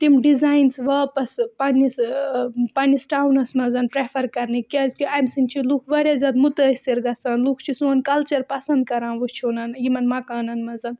تِم ڈِزاینٕز واپَس پنٛنِس پنٛںِس ٹاوُنَس منٛز پرٛٮ۪فَر کَرنہِ کیٛازِکہِ اَمہِ سۭتۍ چھِ لُکھ واریاہ زیادٕ مُتٲثر گژھان لُکھ چھِ سون کَلچَر پَسنٛد کَران وٕچھُن یِمَن مکانَن منٛز